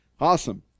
awesome